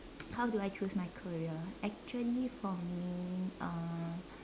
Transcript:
how do I choose my career actually for me uh